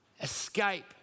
escape